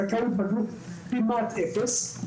זכאות בגרות, כמעט אפס.